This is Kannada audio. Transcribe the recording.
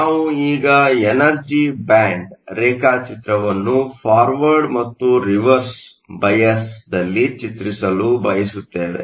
ನಾವು ಈಗ ಎನರ್ಜಿ ಬ್ಯಾಂಡ್ ರೇಖಾಚಿತ್ರವನ್ನು ಫಾರ್ವರ್ಡ್ ಮತ್ತು ರಿವರ್ಸ್ ಬೈಅಸ್Bais ನಲ್ಲಿ ಚಿತ್ರಿಸಲು ಬಯಸುತ್ತೇವೆ